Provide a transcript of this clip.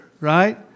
right